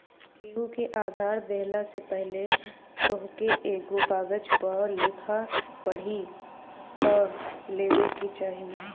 केहू के उधार देहला से पहिले तोहके एगो कागज पअ लिखा पढ़ी कअ लेवे के चाही